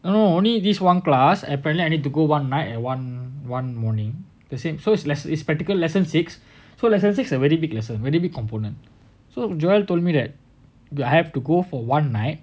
no only this one class apparently I need to go one night and one morning to say so it is lesser it is practical lesson six so lesson six already big lesson a very big component so joel told me that I have to go for one night